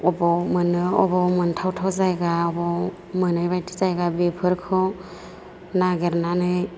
बबेयाव मोनो बबेयाव मोन्थाव थाव जायगा बबेयाव मोनै बायदि जायगा बेफोरखौ नागिरनानै